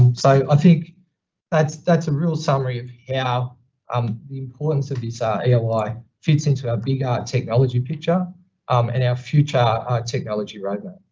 and so i think that's that's a real summary of how um the importance of this ah eoi fits into our bigger technology picture um and our future technology road map.